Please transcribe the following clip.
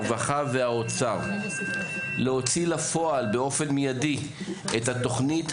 הרווחה והאוצר להוציא לפועל באופן מיידי את התוכנית